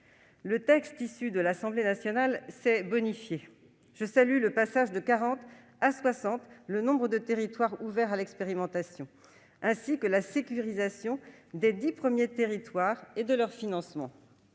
le texte issu de l'Assemblée nationale a été bonifié. Je salue le passage de quarante à soixante du nombre de territoires ouverts à l'expérimentation, ainsi que la sécurisation des dix premiers territoires et de leur financement.